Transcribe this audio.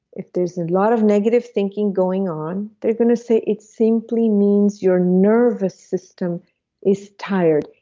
if there's a lot of negative thinking going on, they're going to say it simply means you're nervous system is tired,